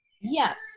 Yes